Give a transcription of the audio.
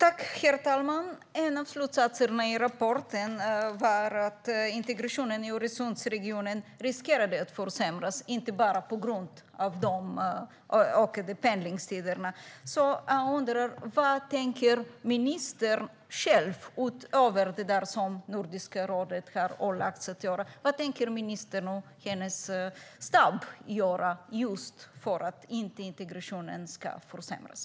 Herr talman! En av slutsatserna i rapporten var att integrationen i Öresundsregionen riskerade att försämras inte bara på grund av de ökade pendlingstiderna. Jag undrar: Vad tänker ministern själv och hennes stab göra, utöver det som Nordiska rådet har ålagts att göra, just för att integrationen inte ska försämras?